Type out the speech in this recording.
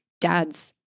dads